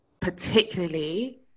particularly